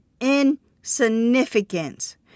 insignificance